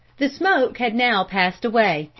the smoke had now passed away,